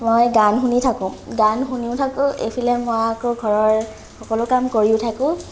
মই গান শুনি থাকো গান শুনিও থাকো ইফালে মই আকৌ ঘৰৰ সকলো কাম কৰিও থাকো